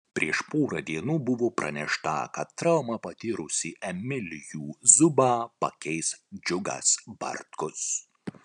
prieš porą dienų buvo pranešta kad traumą patyrusį emilijų zubą pakeis džiugas bartkus